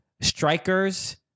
strikers